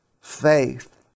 faith